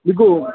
ఇదిగో